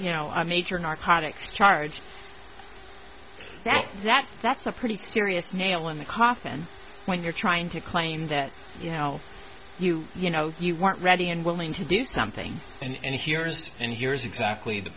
you know i major narcotics charge that that's a pretty serious nail in the coffin when you're trying to claim that you know you you know you weren't ready and willing to do something and here's and here's exactly the